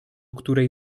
której